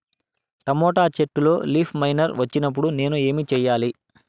Tomato చెట్టులో leaf miner వచ్చినప్పుడు నేను ఏమి చెయ్యాలి?